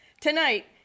Tonight